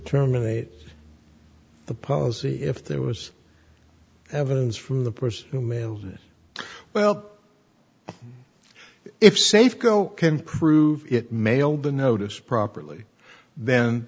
terminate the policy if there was evidence from the person who mailed it well if safeco can prove it mailed the notice properly then